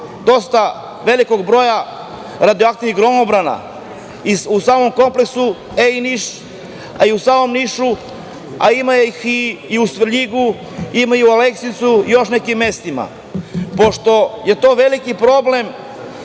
dosta velikog broja radioaktivnih gromobrana u samom kompleksu EI Niš, a i u samom Nišu, a ima ih i u Svrljigu, ima ih i u Aleksincu i u još nekim mestima, pošto je to veliki problem,